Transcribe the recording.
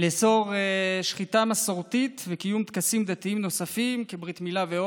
לאסור שחיטה מסורתית וקיום טקסים דתיים נוספים כברית מילה.